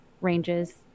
ranges